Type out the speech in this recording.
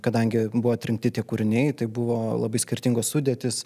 kadangi buvo atrinkti tie kūriniai tai buvo labai skirtingos sudėtys